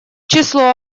число